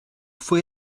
fue